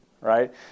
right